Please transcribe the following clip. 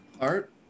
Art